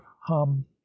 hum